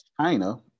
China